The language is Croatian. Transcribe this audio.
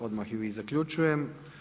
Odmah ju i zaključujem.